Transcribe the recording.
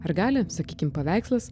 ar gali sakykim paveikslas